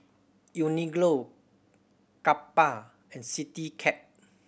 Uniqlo Kappa and Citycab